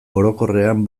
orokorrean